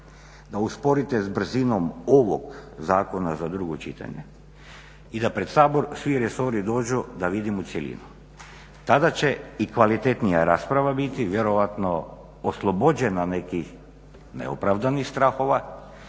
da usporite sa brzinom ovog zakona za drugo čitanje i da pred Sabor svi resori dođu da vidimo cjelinu. Tada će i kvalitetnija rasprava biti, vjerovatno oslobođena nekih neopravdanih strahova,